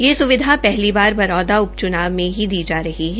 यह सुविधा पहली बार बरोदा के उप चूनाव में दी जा रही है